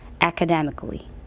academically